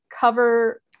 cover